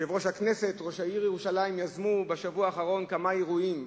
יושב-ראש הכנסת וראש העיר ירושלים יזמו בשבוע האחרון כמה אירועים,